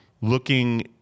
looking